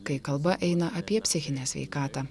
kai kalba eina apie psichinę sveikatą